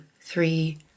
three